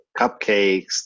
cupcakes